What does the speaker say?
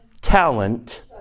talent